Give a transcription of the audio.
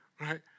right